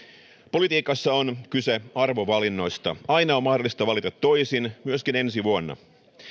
politiikassa on kyse arvovalinnoista aina on mahdollista valita toisin myöskin ensi vuonna